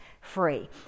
free